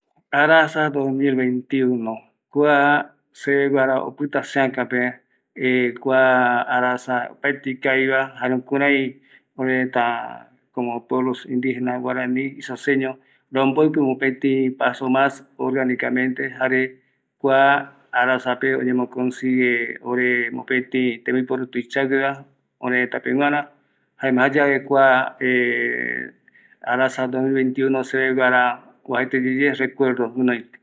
Jaeramiñovi yande maendua yae mokoi eta mokoipa motpeti yae jaeramiñovi jokua arasapeko täta roguata roiko jare roguata roiko kuan tëtara reta ndie jare oipotague mbae roesa paraete jare ikavivi roaja jokua ara